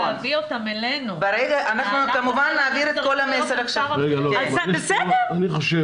אנחנו כמובן נעביר את כל המסר עכשיו --- אני חושב